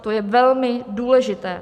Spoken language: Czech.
To je velmi důležité.